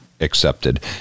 accepted